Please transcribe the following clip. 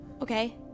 Okay